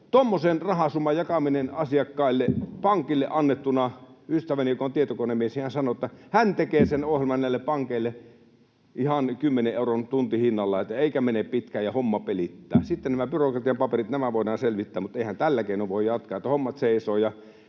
Tuommoisen rahasumman jakaminen asiakkaille, pankille annettuna... Ystäväni, joka on tietokonemies, sanoi, että hän tekee sen ohjelman näille pankeille ihan kymmenen euron tuntihinnalla, eikä mene pitkään ja homma pelittää. Sitten nämä byrokratiapaperit voidaan selvittää, mutta eihän tällä keinoin voi jatkaa, että hommat seisovat